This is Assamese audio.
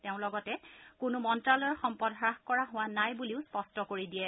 তেওঁ লগতে কোনো মন্ত্ৰালয়ৰ সম্পদ হ্ৰাস কৰা হোৱা নাই বুলিও স্পষ্ট কৰি দিয়ে